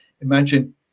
Imagine